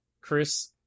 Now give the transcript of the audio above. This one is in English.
Chris